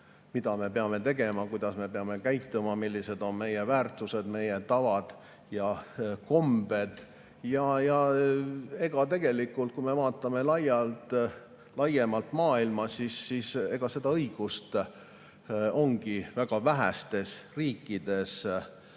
mida me peame tegema, kuidas me peame käituma, millised on meie väärtused, meie tavad ja kombed. Kui me vaatame maailma laiemalt, siis see õigus ongi väga vähestes riikides,